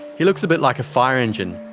he looks a bit like a fire engine.